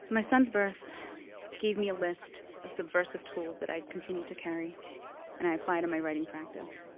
my son's birth gave me a list of subversive tools that i continue to carry and i apply to my writing practice.